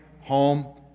home